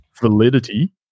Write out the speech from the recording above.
validity